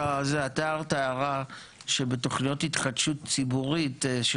אתה הערת הערה שבתוכניות התחדשות ציבורית של